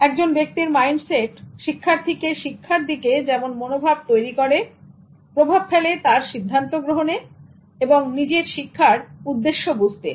একজন ব্যক্তির মাইন্ডসেট শিক্ষার্থীকে শিক্ষার দিকে যেমন মনোভাব তৈরী করে প্রভাব ফেলে তার সিদ্ধান্ত গ্রহণে নিজের শিক্ষার উদ্দেশ্য বুঝতে